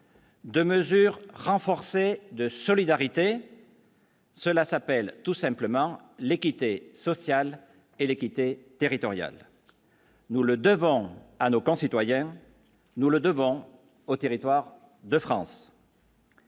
2 mesures renforcées de solidarité. Cela s'appelle tout simplement l'équité sociale et l'équité territoriale, nous le devons à nos concitoyens, nous le devons aux territoires de France.